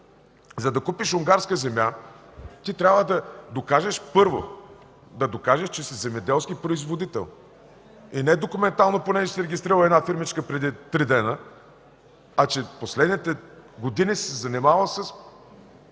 За да купиш унгарска земя, ти трябва да докажеш, първо, че си земеделски производител. И не документално, понеже си регистрирал една фирмичка преди три дни, а че в последните години си се занимавал с